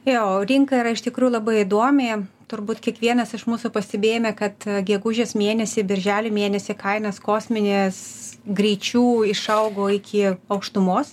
jo rinka yra iš tikrųjų labai įdomi turbūt kiekvienas iš mūsų pastebėjome kad gegužės mėnesį birželio mėnesį kainos kosminės greičiu išaugo iki aukštumos